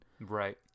Right